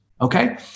okay